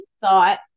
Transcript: thought